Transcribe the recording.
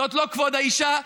זה לא כבוד האישה,